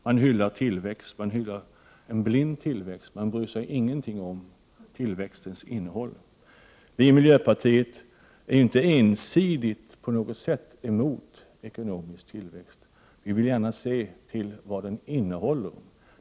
Man hyllar tillväxt, man hyllar en blind tillväxt och bryr sig ingenting om dess innehåll. Vi i miljöpartiet är inte på något sätt ensidigt emot ekonomisk tillväxt, men vi vill gärna se vad den innehåller.